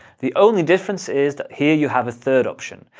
the only difference is that here you have a third option,